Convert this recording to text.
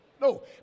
No